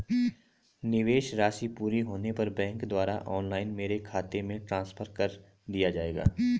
निवेश राशि पूरी होने पर बैंक द्वारा ऑनलाइन मेरे खाते में ट्रांसफर कर दिया जाएगा?